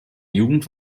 jugend